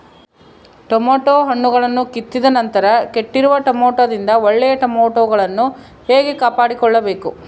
Tomato ಹಣ್ಣುಗಳನ್ನು ಕಿತ್ತಿದ ನಂತರ ಕೆಟ್ಟಿರುವ ಟೊಮೆಟೊದಿಂದ ಒಳ್ಳೆಯ ಟೊಮೆಟೊಗಳನ್ನು ಹೇಗೆ ಕಾಪಾಡಿಕೊಳ್ಳಬೇಕು?